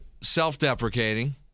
self-deprecating